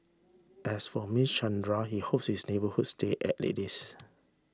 as for Mister Chandra he hopes his neighbourhood stay as it is